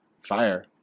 Fire